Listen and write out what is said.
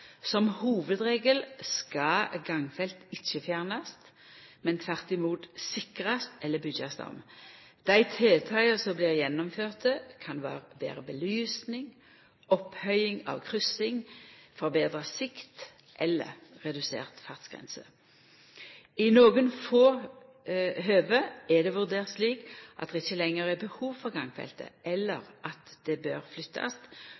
Som hovudregel skal gangfelt ikkje fjernast, men tvert imot sikrast eller byggjast om. Dei tiltaka som blir gjennomførte, kan vera betra belysning, opphøging av kryssing, betra sikt eller redusert fartsgrense. I nokre få høve er det vurdert slik at det ikkje lenger er behov for gangfeltet, eller at det bør flyttast,